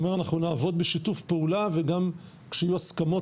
אני אומר אנחנו נעבוד בשיתוף פעולה וגם כשיהיו הסכמות